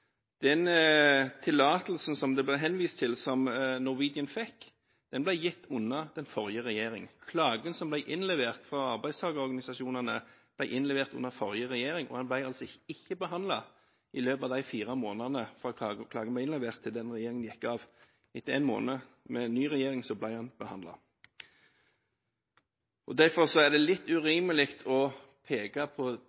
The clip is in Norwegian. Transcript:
Den tillatelsen som det ble henvist til som Norwegian fikk, ble gitt under den forrige regjeringen. Klagen som ble innlevert fra arbeidstakerorganisasjonene, ble innlevert under forrige regjering og ble altså ikke behandlet i løpet av de fire månedene fra klagen ble innlevert til regjeringen gikk av. Etter en måned med ny regjering ble klagen behandlet. Derfor er det litt